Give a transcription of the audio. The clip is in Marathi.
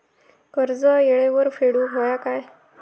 कर्ज येळेवर फेडूक होया काय?